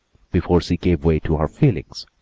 before she gave way to her feelings,